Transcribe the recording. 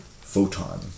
Photon